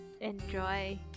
enjoy